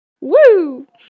Woo